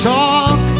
talk